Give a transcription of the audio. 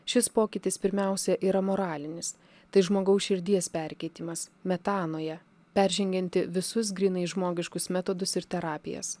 šis pokytis pirmiausia yra moralinis tai žmogaus širdies perkeitimas metanoje peržengianti visus grynai žmogiškus metodus ir terapijas